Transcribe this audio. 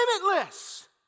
limitless